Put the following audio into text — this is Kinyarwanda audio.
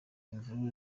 imvururu